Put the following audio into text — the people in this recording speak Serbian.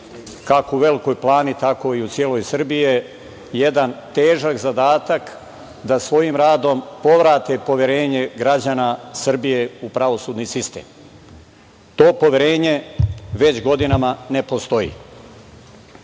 kako u Velikoj Plani, tako i u celoj Srbiji je jedan težak zadatak da svojim radom povrate poverenje građana Srbije u pravosudni sistem. To poverenje već godinama ne postoji.U